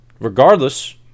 Regardless